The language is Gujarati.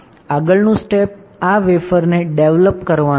આગળનું સ્ટેપ આ વેફરને ડેવલપ કરવાનું છે